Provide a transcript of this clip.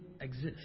exist